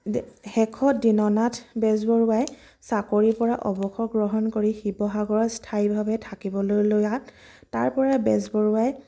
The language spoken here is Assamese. দে শেষত দীননাথ বেজবৰুৱাই চাকৰি পৰা অৱসৰ গ্ৰহণ কৰি শিৱসাগৰত স্থায়ীভাৱে থাকিবলৈ লোৱাত তাৰ পৰাই বেজবৰুৱাই